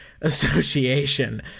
Association